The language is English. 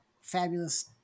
fabulous